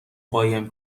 قایم